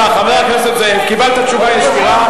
חבר הכנסת זאב, קיבלת תשובה ישירה.